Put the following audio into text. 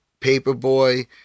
Paperboy